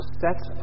sets